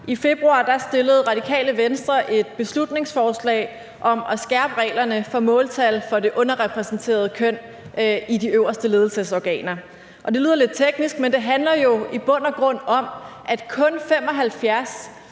I februar fremsatte Radikale Venstre et beslutningsforslag om at skærpe reglerne for måltal for det underrepræsenterede køn i de øverste ledelsesorganer, og det lyder lidt teknisk, men det handler jo i bund og grund om, at kun 75